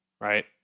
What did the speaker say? right